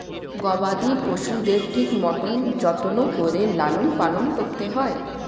গবাদি পশুদের ঠিক মতন যত্ন করে লালন পালন করতে হয়